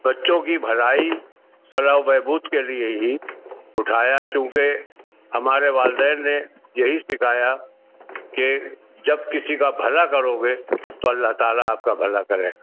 بچوں کی بھلائی فلاح و بہبود کے لیے ہی اٹھایا چونکہ ہمارے والدین نے یہی سکھایا کہ جب کسی کا بھلا کرو گے تو اللہ تعالی آپ کا بھلا کرے گا